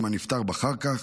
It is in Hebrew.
אם הנפטר בחר כך,